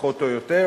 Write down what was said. פחות או יותר,